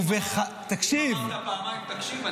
תקשיב --- אם אמרת פעמיים -- תקשיב.